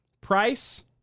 Price